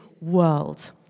world